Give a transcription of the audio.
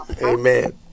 Amen